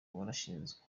warashinzwe